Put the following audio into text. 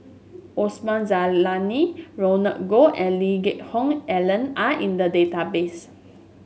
Osman Zailani Roland Goh and Lee Geck Hoon Ellen are in the database